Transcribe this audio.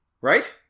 Right